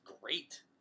great